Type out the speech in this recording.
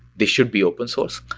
they should be open source.